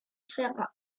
faire